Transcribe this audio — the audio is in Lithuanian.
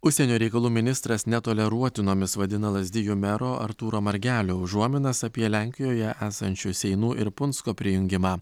užsienio reikalų ministras netoleruotinomis vadina lazdijų mero artūro margelio užuominas apie lenkijoje esančių seinų ir punsko prijungimą